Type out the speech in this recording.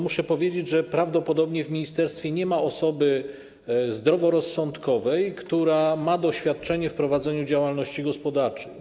Muszę powiedzieć, że prawdopodobnie w ministerstwie nie ma osoby zdroworozsądkowej, która ma doświadczenie w prowadzeniu działalności gospodarczej.